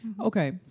Okay